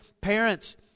parents